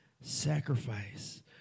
Sacrifice